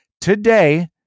Today